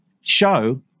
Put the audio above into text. show